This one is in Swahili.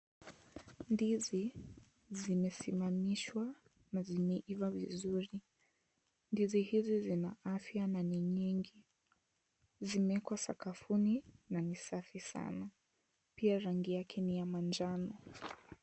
Ndizi zimesimamishwa na zimeiva vizuri. Ndizi hizi zina afya na ni nyingi. Zimeekwa sakafuni na ni safi sana, pia rangi yake ni ya manjano.